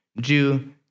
Jew